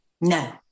No